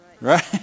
right